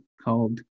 called